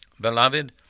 Beloved